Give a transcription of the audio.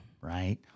Right